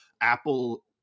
Apple